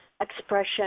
expression